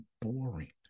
boring